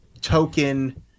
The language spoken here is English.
token